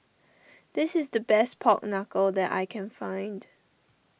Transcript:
this is the best Pork Knuckle that I can find